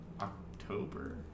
October